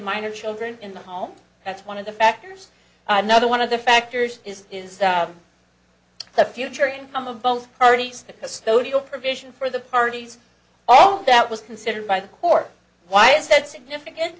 minor children in the home that's one of the factors number one of the factors is is that the future income of both parties the custodial provision for the parties all that was considered by the court why is that significant